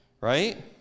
right